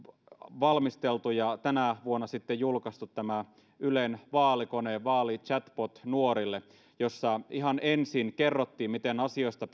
valmistellussa ja tänä vuonna julkaistussa ylen vaalikoneessa vaali chatbotissa nuorille ihan ensin kerrottiin miten asioista